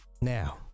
Now